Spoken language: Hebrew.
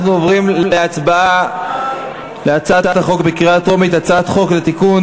אנחנו עוברים להצבעה בקריאה טרומית על הצעת חוק לתיקון